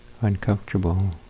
uncomfortable